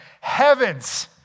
Heavens